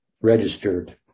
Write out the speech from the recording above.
registered